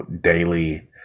daily